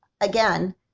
Again